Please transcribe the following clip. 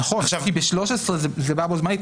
נכון, כי ב-13 זה בא בו זמנית.